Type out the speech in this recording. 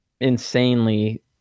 insanely